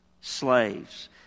slaves